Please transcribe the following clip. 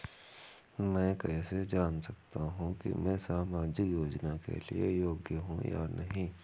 मैं कैसे जान सकता हूँ कि मैं सामाजिक योजना के लिए योग्य हूँ या नहीं?